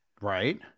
Right